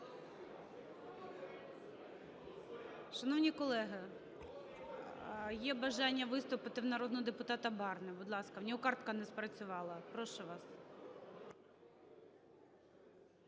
Шановні колеги, є бажання виступити у народного депутата Барни. Будь ласка. У нього картка не спрацювала. Прошу вас.